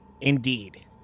Indeed